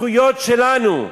הזכויות שלנו,